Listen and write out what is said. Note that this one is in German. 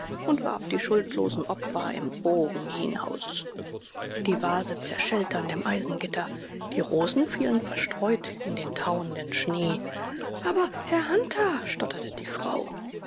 und warf die schuldlosen opfer im bogen hinaus die vase zerschellte an dem eisengitter die rosen fielen verstreut in den tauenden schnee aber herr hunter stotterte die frau